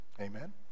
Amen